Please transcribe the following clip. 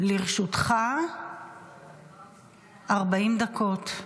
לרשותך 40 דקות.